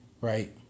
right